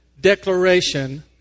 declaration